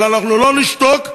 אבל אנחנו לא נשתוק,